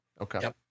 Okay